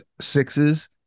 sixes